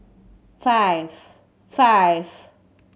five five